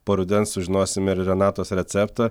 po rudens sužinosim ir renatos receptą